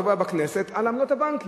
בכנסת על עמלות הבנקים.